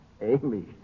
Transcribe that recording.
Amy